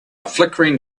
flickering